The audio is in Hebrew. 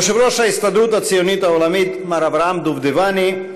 יושב-ראש ההסתדרות הציונית העולמית מר אברהם דובדבני,